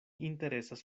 interesas